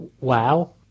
wow